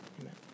Amen